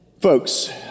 Folks